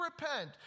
repent